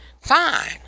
Fine